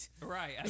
Right